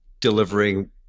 delivering